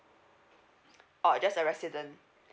oh just a resident